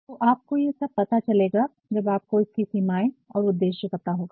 तो आपको ये सब पता चलेगा जब आपको इसकी सीमाएं और उद्देश्य पता होगा